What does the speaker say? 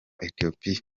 ethiopie